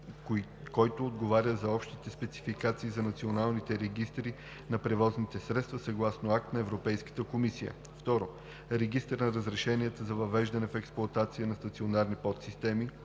който отговаря на общите спецификации за националните регистри на превозните средства, съгласно акт на Европейската комисия; 2. Регистър на разрешенията за въвеждане в експлоатация на стационарни подсистеми;